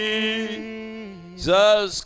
Jesus